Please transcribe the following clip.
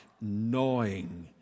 gnawing